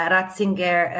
Ratzinger